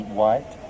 white